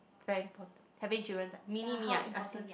very important having children ah mini me ah you asking